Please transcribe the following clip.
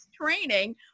training